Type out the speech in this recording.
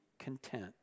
content